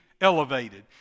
elevated